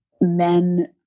men